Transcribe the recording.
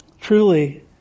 Truly